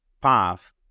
path